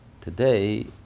Today